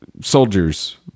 soldiers